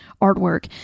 artwork